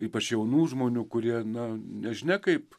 ypač jaunų žmonių kurie na nežinia kaip